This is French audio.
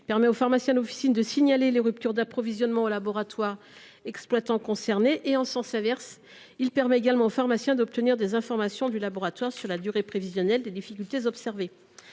Il permet aux pharmaciens d’officine de signaler les ruptures d’approvisionnement au laboratoire exploitant concerné. Il permet également aux pharmaciens d’obtenir du laboratoire des informations sur la durée prévisionnelle des difficultés constatées.